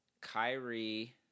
Kyrie